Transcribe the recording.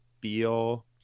Beal